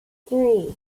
three